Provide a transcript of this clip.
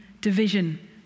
division